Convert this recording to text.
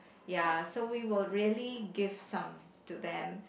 ya so we will really give some to them